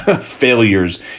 failures